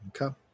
Okay